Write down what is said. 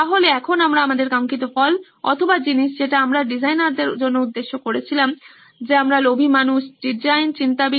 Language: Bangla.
সুতরাং এখন আমরা আমাদের কাঙ্ক্ষিত ফল অথবা জিনিস যেটা আমরা ডিজাইনারদের জন্য উদ্দেশ্য করছিলাম যে আমরা লোভী মানুষ ডিজাইন চিন্তাবিদ